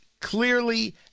clearly